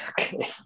Okay